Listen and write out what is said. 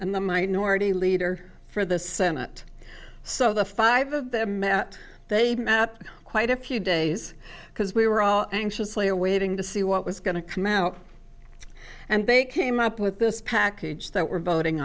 and the minority leader for the senate so the five of them met they met up quite a few days because we were all anxiously awaiting to see what was going to come out and they came up with this package that we're voting